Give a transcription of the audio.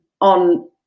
on